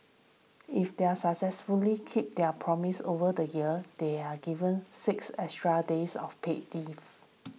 if they are successfully keep their promise over the year they are given six extra days of paid leave